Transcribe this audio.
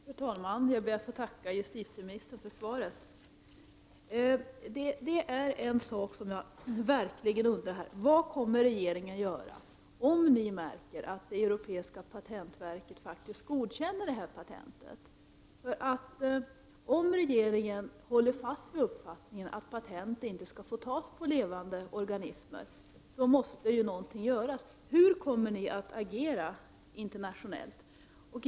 Fru talman! Jag ber att få tacka justitieministern för svaret. Det är en sak som jag verkligen undrar. Vad kommer regeringen att göra om den märker att det europeiska patentverket faktiskt godkänner detta patent? Om regeringen håller fast vid uppfattningen att patent inte skall få tas på levande organismer, så måste någonting göras. Hur kommer ni att agera på det internationella planet?